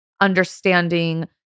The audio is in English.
understanding